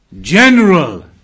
general